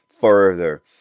further